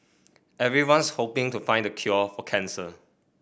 everyone's hoping to find the cure for cancer